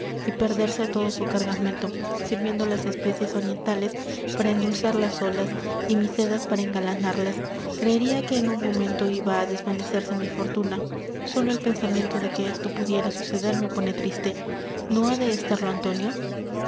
y perderse todo su cargamento sirviendo las especias orientales para endulzar las olas y mis sedas para engalanarlas creeria que en un momento iba á desvanecerse mí fortuna sólo el pensamiento de que esto pudiera suceder me pone triste no ha de estarlo antonio